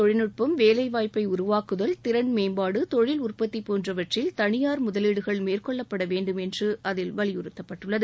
தொழில்நுட்பம் வேலைவாய்ப்பை உருவாக்குதல் திறன்மேம்பாடு தொழில் உற்பத்தி புதிய போன்றவற்றில் தனியார் முதலீடுகள் மேற்கொள்ளப்படவேண்டும் என்று அதில் வலியறுத்தப்பட்டுள்ளது